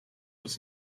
was